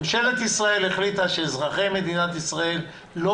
ממשלת ישראל החליטה שלאזרחי מדינת ישראל לא